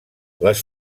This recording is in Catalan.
les